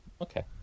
Okay